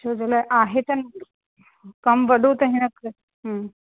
छो जे लाइ आहे त कमु वॾो त हिन करे हम्म